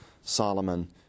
Solomon